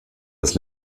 das